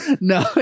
No